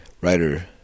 Writer